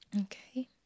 okay